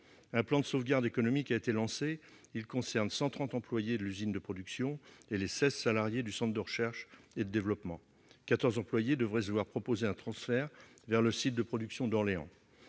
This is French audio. Un plan de sauvegarde économique a été lancé. Il concerne 130 employés de l'usine de production et les 16 salariés du centre de recherche et de développement, tandis que 14 employés devraient se voir proposer un transfert vers le site de production d'Orléans.